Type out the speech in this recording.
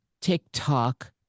TikTok